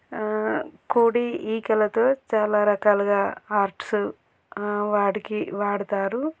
కోడి ఈకలతో చాలా రకాలుగా ఆర్ట్స్ వాటికి వాడుతారు